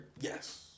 Yes